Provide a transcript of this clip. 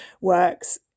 works